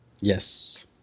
Yes